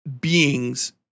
beings